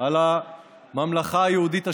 על הממלכה היהודית השלישית.